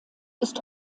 ist